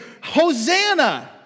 Hosanna